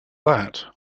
that